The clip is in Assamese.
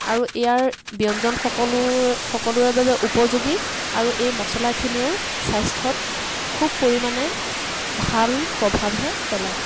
আৰু ইয়াৰ ব্যঞ্জন সকলোৰ সকলোৰে বাবে উপযোগী আৰু এই মচলাখিনিয়েও স্বাস্থ্যত খুব পৰিমাণে ভাল প্ৰভাৱহে পেলায়